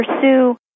pursue